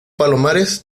palomares